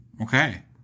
Okay